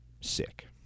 Sick